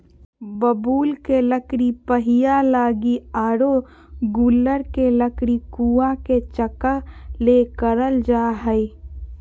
बबूल के लकड़ी पहिया लगी आरो गूलर के लकड़ी कुआ के चकका ले करल जा हइ